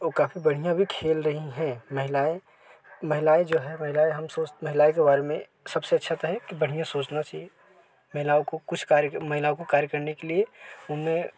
और काफ़ी बढ़िया भी खेल रहीं हैं महिलाएँ महिलाएँ जो है महिलाएँ हम सोचते महिलाएँ के बारे में सबसे अच्छा तो है कि बढ़िया सोचना चाहिए महिलाओं को कुछ कार्य के महिलाओं को कार्य करने के लिए उनमें